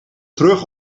terug